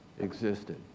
existed